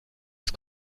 ist